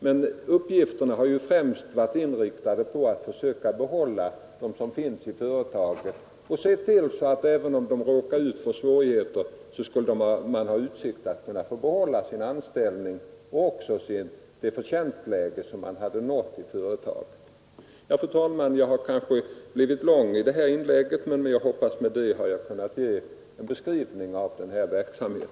Men uppgifterna har främst varit inriktade på att hjälpa dem som finns i företaget att behålla sin anställning och sitt förtjänstläge när de råkat ut för svårigheter. Fru talman! Jag har kanske talat alltför länge, men jag hoppas att jag med detta kunnat ge en beskrivning av denna verksamhet.